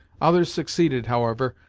others succeeded, however,